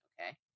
Okay